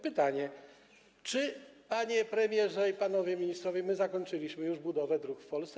Pytanie: Czy, panie premierze i panowie ministrowie, my zakończyliśmy już budowę dróg w Polsce?